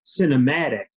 cinematic